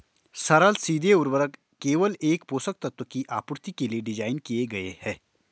सरल सीधे उर्वरक केवल एक पोषक तत्व की आपूर्ति के लिए डिज़ाइन किए गए है